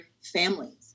families